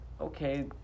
okay